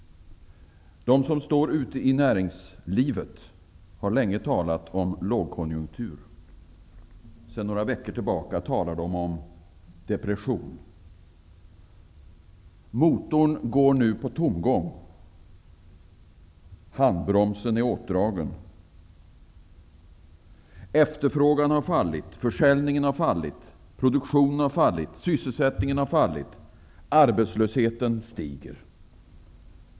De som står ute i näringslivet har länge talat om lågkonjunktur. Sedan några veckor tillbaka talar de om depression. Motorn går nu på tomgång. Handbromsen är åtdragen. Efterfrågan har fallit. Försäljningen har fallit. Produktionen har fallit. Sysselsättningen har fallit. Arbetslösheten stiger.